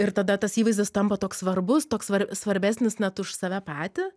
ir tada tas įvaizdis tampa toks svarbus toks svar svarbesnis net už save patį